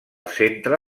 centre